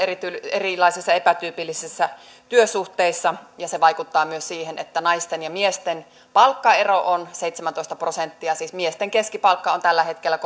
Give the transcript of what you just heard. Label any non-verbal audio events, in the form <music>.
erilaisissa epätyypillisissä työsuhteissa ja se vaikuttaa myös siihen että naisten ja miesten palkkaero on seitsemäntoista prosenttia siis miesten keskipalkka on tällä hetkellä <unintelligible>